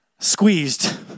squeezed